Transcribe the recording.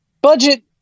budget